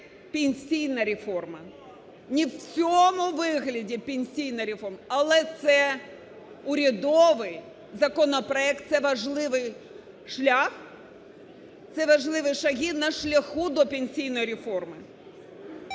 пенсійна реформа, ні в цьому вигляді пенсійна реформа. Але це урядовий законопроект, це важливий шлях, це важливі шаги на шляху до пенсійної реформи.